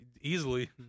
Easily